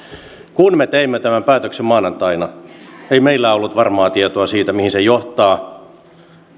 kun me teimme tämän päätöksen maanantaina ei meillä ollut varmaa tietoa siitä mihin se johtaa